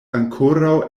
ankoraŭ